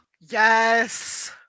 yes